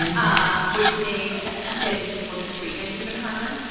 um which makes getting people into treatment even harder.